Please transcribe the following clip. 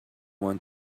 want